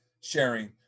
sharing